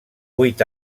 vuit